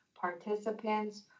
participants